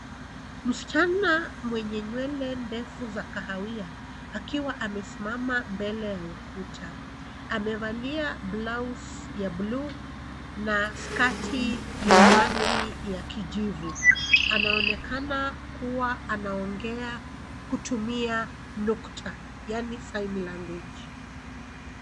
Msichana mwenye nywele ndefu za kahawia akiwa amesimama mbele ya ukuta. Amevalia blausi ya bluu na skati ya rangi ya kijivu. Anaonekana kuwa anaongea kutumia nukta yaani sign language .